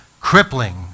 Crippling